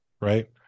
Right